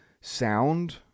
sound